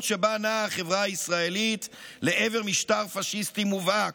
שבה נעה החברה הישראלית לעבר משטר פשיסטי מובהק.